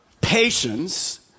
patience